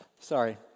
sorry